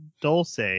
Dulce